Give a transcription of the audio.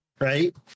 right